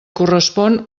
correspon